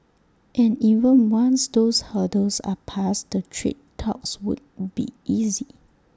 and even once those hurdles are passed the trade talks won't be easy